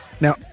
Now